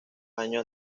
año